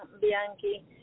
Bianchi